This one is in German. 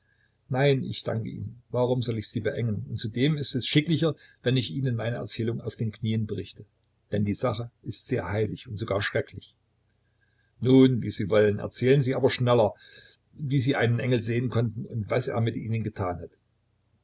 nein ich danke ihnen warum soll ich sie beengen und zudem ist es schicklicher wenn ich ihnen meine erzählung auf den knien berichte denn die sache ist sehr heilig und sogar schrecklich nun wie sie wollen erzählen sie aber schneller wie sie einen engel sehen konnten und was er mit ihnen getan hat